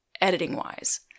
editing-wise